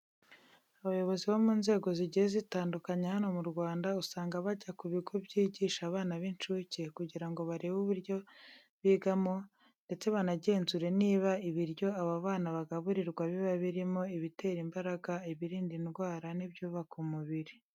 Abayobozi bo mu nzego zigiye zitandukanye hano mu Rwanda, usanga bajya ku bigo byigisha abana b'incuke kugira ngo barebe uburyo bigamo ndetse banagenzure niba ibiryo aba bana bagaburirwa biba birimo ibitera imbaraga, ibirinda indwara n'ibyubaka umubiri.